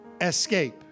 escape